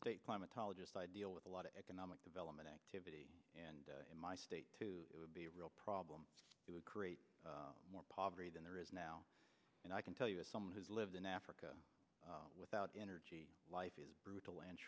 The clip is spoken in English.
state climatologist i deal with a lot of economic development activity and in my state it would be a real problem it would create more poverty than there is now and i can tell you as someone has lived in africa without energy life is brutal and